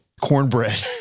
Cornbread